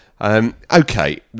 Okay